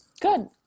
Good